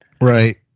right